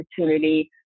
opportunity